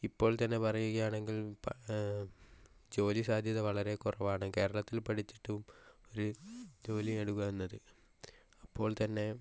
ഇപ്പോൾ തന്നെ പറയുകയാണെങ്കിൽ ജോലി സാദ്ധ്യത വളരെ കുറവാണ് കേരളത്തിൽ പഠിച്ചിട്ടും ഒരു ജോലി നേടുക എന്നത് അപ്പോൾ തന്നെ